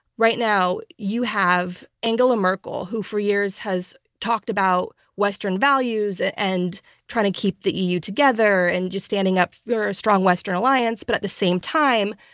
right now, you have angela merkel, who for years has talked about western values and trying to keep the eu together and just standing up for a strong western alliance, but at the same time,